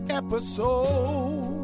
episode